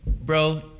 Bro